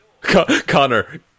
Connor